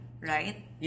Right